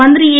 മന്ത്രി എ